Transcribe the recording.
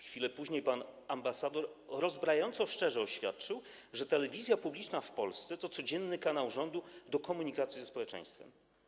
Chwilę później pan ambasador rozbrajająco szczerze oświadczył, że telewizja publiczna w Polsce to codzienny kanał rządu do komunikacji ze społeczeństwem.